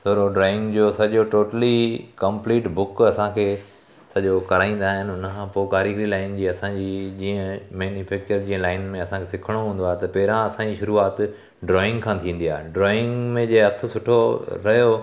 थोरो ड्राइंग जो सॼो टोटली कंप्लीट बुक असांखे सॼो कराईंदा आहिनि हुन खां पोइ कारीगरी लाइन जी असांजी जीअं मैन्युफैक्चर जीअं लाइन में असांखे सिखणो हूंदो आहे त पहिरां असांजी शुरुआत ड्राइंग खां थींदी आहे ड्राइंग में जीअं हथु सुठो रहियो